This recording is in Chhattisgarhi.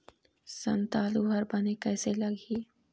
संतालु हर बने कैसे लागिही?